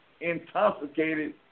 intoxicated